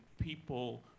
people